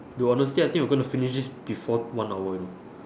dude honestly I think we gonna finish this before one hour you know